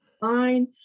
fine